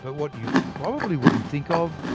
but what you probably wouldn't think of,